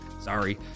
Sorry